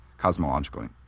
cosmologically